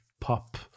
pop